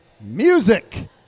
Music